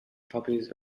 puppies